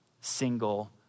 single